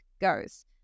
goes